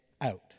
out